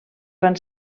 van